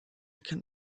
can